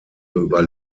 über